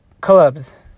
Clubs